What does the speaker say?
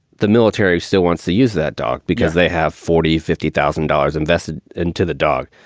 the military still wants to use that dog because they have forty, fifty thousand dollars invested into the dog.